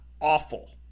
awful